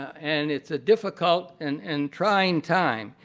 and it's a difficult and and trying time,